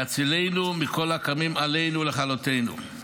יצילנו מכל הקמים עלינו לכלותנו.